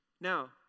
Now